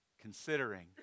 considering